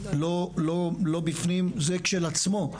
לא בפנים, זה כשלעצמו,